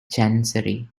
chancery